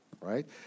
right